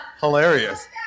hilarious